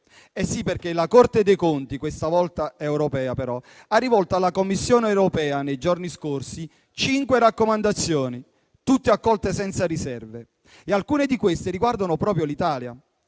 Già, perché la Corte dei conti - questa volta però quella europea - ha rivolto alla Commissione europea nei giorni scorsi cinque raccomandazioni, tutte accolte senza riserve e alcune di queste riguardano proprio l'Italia.